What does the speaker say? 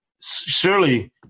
surely